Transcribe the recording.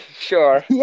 sure